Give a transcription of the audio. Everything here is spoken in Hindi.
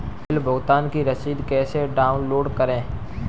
बिल भुगतान की रसीद कैसे डाउनलोड करें?